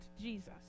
Jesus